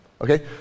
okay